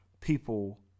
people